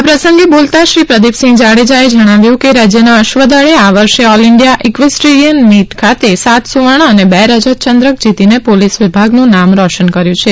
આ પ્રસંગે બોલતા શ્રી પ્રદીપસિંહ જાડેજાએ જણાવ્યું કે રાજ્યના અશ્વદળે આ વર્ષે ઓલ ઇન્ડિયા ઇક્વેસ્ટ્રીયન મીટ ખાતે સાત સુવર્ણ અને બે રજત ચંદ્રક જીતીને પોલીસ વિભાગનું નામ રોશન કર્યું છે